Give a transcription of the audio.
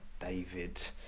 David